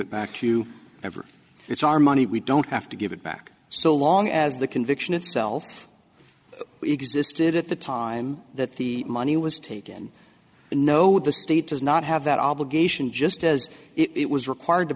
it back to you ever it's our money we don't have to give it back so long as the conviction itself existed at the time that the money was taken and no the state does not have that obligation just as it was required to